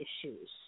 issues